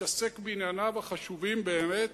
מתעסק בענייניו החשובים באמת.